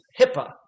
HIPAA